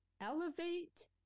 Elevate